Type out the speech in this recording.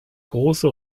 große